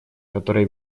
которая